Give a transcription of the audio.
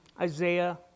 Isaiah